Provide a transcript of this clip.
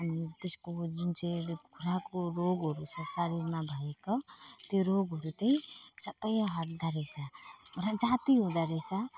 अनि त्यसको जुन चाहिँले कुखुराको रोगहरू छ शरीरमा भएको त्यो रोगहरू त सबै हट्दाे रहेछ र जाती हुँदो रहेछ